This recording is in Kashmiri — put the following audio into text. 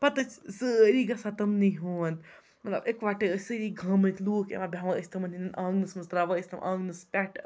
پَتہٕ ٲسۍ سٲری گژھان تِمنٕے ہُنٛد مطلب یِکوَٹَے ٲسۍ سٲری گامٕکۍ لوٗکھ یِوان بیٚہوان ٲسۍ تِمَن ہِنٛدٮ۪ن آنٛگنَس منٛز ترٛاوان ٲسۍ تٕم آنٛگنَس پٮ۪ٹھ